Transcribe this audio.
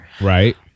Right